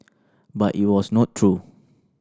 but it was not true